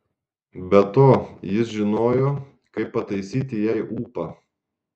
be to jis žinojo kaip pataisyti jai ūpą